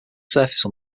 surface